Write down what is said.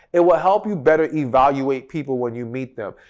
it will help you better evaluate people when you meet them,